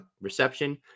reception